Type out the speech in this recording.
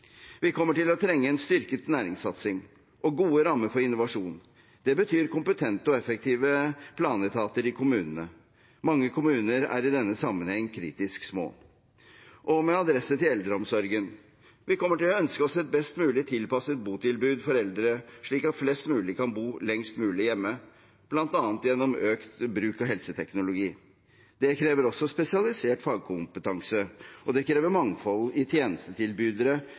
Vi kommer til å trenge en styrket næringssatsing og gode rammer for innovasjon. Det betyr kompetente og effektive planetater i kommunene. Mange kommuner er i denne sammenheng kritisk små. Og med adresse til eldreomsorgen: Vi kommer til å ønske oss et best mulig tilpasset botilbud for eldre, slik at flest mulig kan bo lengst mulig hjemme, bl.a. gjennom økt bruk av helseteknologi. Det krever også spesialisert fagkompetanse, og det krever et mangfold av tjenestetilbydere